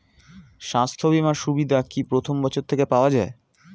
স্বাস্থ্য বীমার সুবিধা কি প্রথম বছর থেকে পাওয়া যায়?